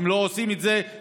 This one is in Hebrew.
הן לא עושות את זה.